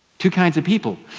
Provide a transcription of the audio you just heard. two kinds of people.